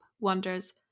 wonders